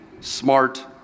smart